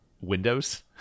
windows